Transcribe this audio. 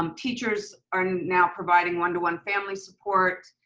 um teachers are now providing one to one family support,